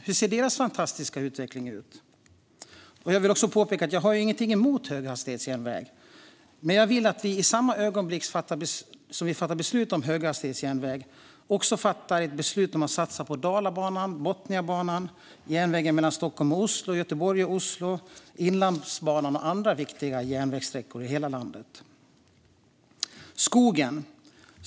Hur ser deras fantastiska utveckling ut? Jag vill påpeka att jag inte har någonting emot höghastighetsjärnväg, men jag vill att vi i samma ögonblick som beslut om höghastighetsjärnväg också fattar beslut om att satsa på Dalabanan, Botniabanan, järnvägen mellan Stockholm och Oslo, järnvägen mellan Göteborg och Oslo, Inlandsbanan och andra viktiga järnvägssträckor i hela landet. Jag vill också ta upp skogen.